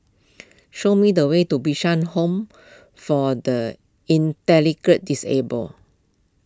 show me the way to Bishan Home for the Intellec Disabled